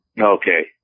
Okay